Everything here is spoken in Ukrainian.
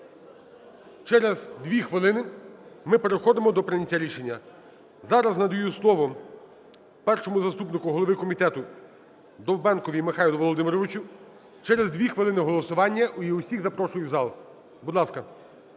Через 2 хвилин ми переходимо до прийняття рішення. Зараз надаю слово першому заступнику голови комітету Довбенкові Михайлу Володимировичу. Через 2 хвилин голосування, усіх запрошую в зал. Будь ласка.